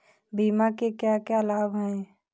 बीमा के क्या क्या लाभ हैं?